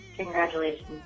Congratulations